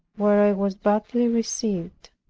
where i was badly received.